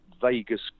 Vegas